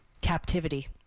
captivity